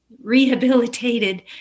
rehabilitated